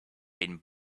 been